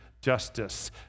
justice